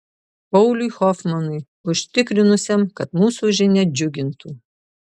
pauliui hofmanui užtikrinusiam kad mūsų žinia džiugintų